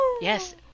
Yes